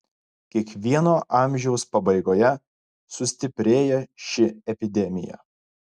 kiekvieno amžiaus pabaigoje sustiprėja ši epidemija